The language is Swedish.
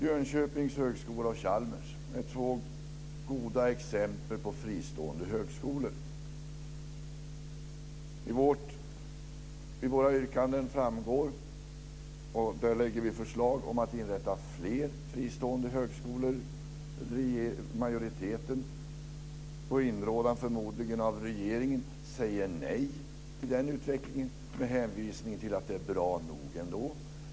Jönköpings högskola och Chalmers är två goda exempel på fristående högskolor. I våra yrkanden framgår att vi vill - vi lägger fram förslag om det - inrätta fler fristående högskolor. Majoriteten, förmodligen på inrådan av regeringen, säger nej till den utvecklingen med hänvisning till att det är bra nog ändå.